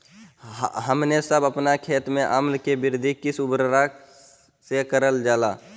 हमने सब अपन खेत में अम्ल कि वृद्धि किस उर्वरक से करलजाला?